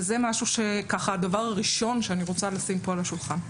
זה הדבר הראשון שאני רוצה לשים פה על השולחן.